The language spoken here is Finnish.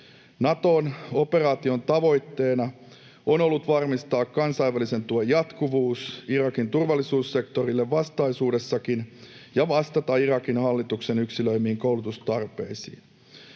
Naton operaation tavoitteena on ollut varmistaa kansainvälisen tuen jatkuvuus Irakin turvallisuussektorille vastaisuudessakin ja vastata Irakin hallituksen yksilöimiin koulutustarpeisiin.